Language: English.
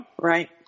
Right